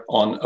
on